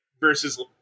versus